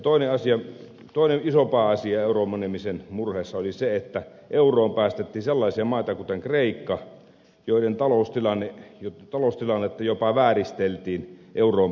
toinen isompi asia euroon menemisen murheissa oli se että euroon päästettiin sellaisia maita kuten kreikka joiden taloustilannetta jopa vääristeltiin euroon pääsemiseksi